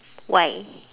why